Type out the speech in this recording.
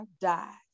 died